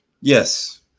Yes